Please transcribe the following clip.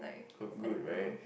look good right